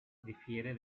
difiere